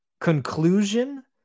conclusion